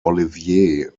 olivier